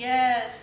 Yes